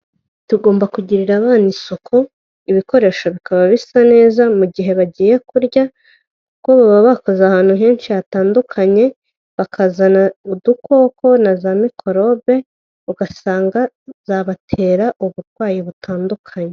Tugomba kugirira abana isuku ibikoresho bikaba bisa neza, mu gihe bagiye kurya kuko baba bakoze ahantu henshi hatandukanye bakazana udukoko na za mikorobe ugasanga zabatera uburwayi butandukanye.